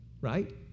right